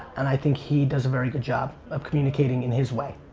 and i think he does a very good job of communicating in his way.